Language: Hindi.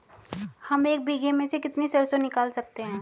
हम एक बीघे में से कितनी सरसों निकाल सकते हैं?